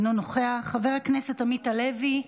אינו נוכח, חבר הכנסת עמית הלוי,